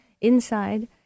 inside